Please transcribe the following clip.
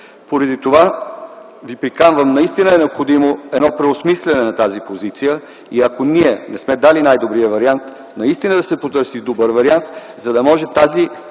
Поради това ви приканвам – наистина е необходимо едно преосмисляне на тази позиция. И ако ние не сме дали най-добрия вариант, наистина да се потърси добър вариант, за да може тази